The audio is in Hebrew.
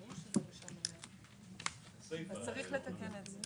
צריך לתקן את זה.